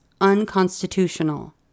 unconstitutional